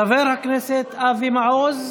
חבר הכנסת אבי מעוז.